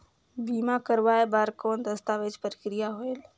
बीमा करवाय बार कौन दस्तावेज प्रक्रिया होएल?